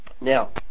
Now